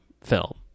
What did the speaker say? film